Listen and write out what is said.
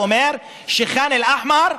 שאומר שח'אן אל-אחמר,